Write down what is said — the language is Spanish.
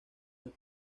del